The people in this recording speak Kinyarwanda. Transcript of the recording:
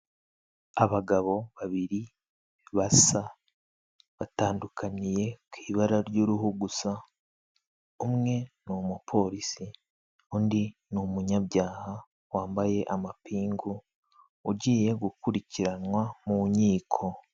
Abagabo babiri basa batandukaniye ku ibara ry'uruhu gusa, umwe ni umupolisi undi ni umunyabyaha wambaye amapingu ugiye gukurikiranwa mu nkiko.